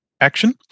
action